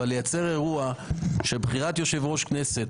אבל לייצר אירוע של בחירת יושב-ראש כנסת,